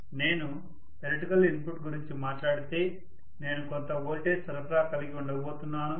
నేను electrical input గురించి మాట్లాడితే నేను కొంత వోల్టేజ్ సరఫరా కలిగి ఉండిబోతున్నాను